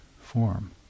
form